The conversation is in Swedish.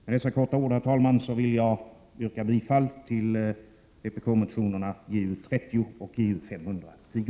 Med dessa få ord, herr talman, vill jag yrka bifall till vpk-motionerna Ju30 och Ju510.